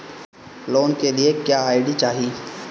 Loan के लिए क्या आई.डी चाही?